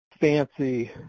fancy